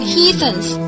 Heathens，